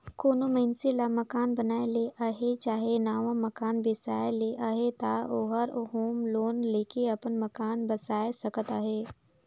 कोनो मइनसे ल मकान बनाए ले अहे चहे नावा मकान बेसाए ले अहे ता ओहर होम लोन लेके अपन मकान बेसाए सकत अहे